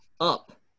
Up